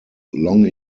long